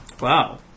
wow